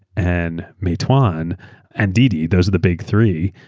and meituan, and didiaeur those are the big three.